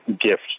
gift